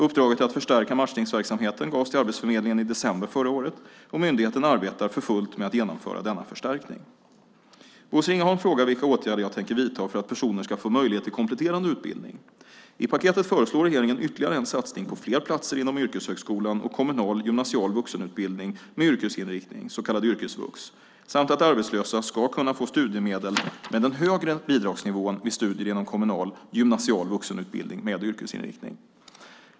Uppdraget att förstärka matchningsverksamheten gavs till Arbetsförmedlingen i december förra året, och myndigheten arbetar för fullt med att genomföra denna förstärkning. Bosse Ringholm frågar vilka åtgärder jag tänker vidta för att personer ska få möjlighet till kompletterande utbildning. I paketet föreslår regeringen ytterligare en satsning på fler platser inom yrkeshögskolan och kommunal gymnasial vuxenutbildning med yrkesinriktning, så kallad yrkesvux, samt att arbetslösa ska kunna få studiemedel med den högre bidragsnivån vid studier inom kommunal gymnasial vuxenutbildning med yrkesinriktning.